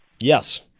Yes